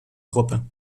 gruppe